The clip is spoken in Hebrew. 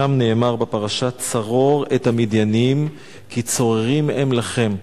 שם נאמר בפרשה: "צרור את המדיָנים כי צֹררים הם לכם".